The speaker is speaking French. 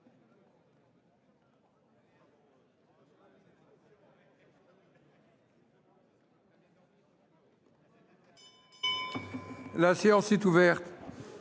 La séance est ouverte.